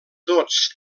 tots